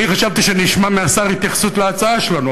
אני חשבתי שאני אשמע מהשר התייחסות להצעה שלנו,